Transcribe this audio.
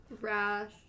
Rash